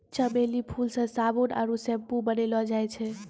चमेली फूल से साबुन आरु सैम्पू बनैलो जाय छै